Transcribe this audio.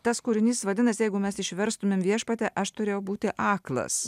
tas kūrinys vadinasi jeigu mes išverstumėm viešpatie aš turėjau būti aklas